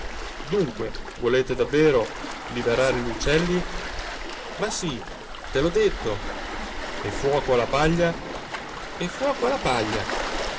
dunque volete davvero liberare gli uccelli ma sì te l'ho detto e fuoco alla paglia e fuoco alla paglia